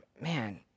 man –